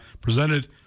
presented